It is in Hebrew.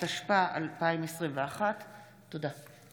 התשפ"א 2021. תודה.